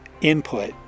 input